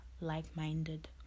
like-minded